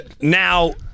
Now